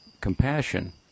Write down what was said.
compassion